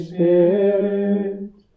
Spirit